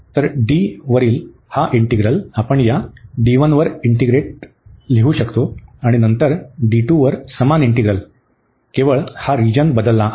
तर D वरील हा इंटीग्रल आपण या वर इंटीग्रल लिहू शकतो आणि नंतर वर समान इंटीग्रल केवळ हा रिजन बदलला आहे